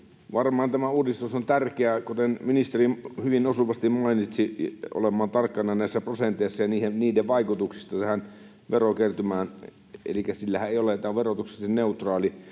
Varmaan tämä uudistus on tärkeä, ja kuten ministeri hyvin osuvasti mainitsi, pitää olla tarkkana näissä prosenteissa ja niiden vaikutuksissa tähän verokertymään, elikkä tällähän ei ole vaikutusta, tämä on verotuksellisesti neutraali.